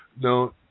no